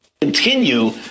continue